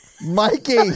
Mikey